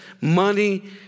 money